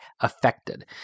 affected